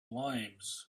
limes